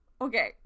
okay